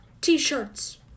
t-shirts